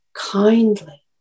Kindly